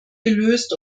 gelöst